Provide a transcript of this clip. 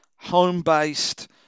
Home-based